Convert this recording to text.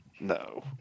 No